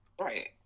right